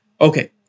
Okay